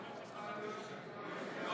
לא